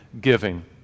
giving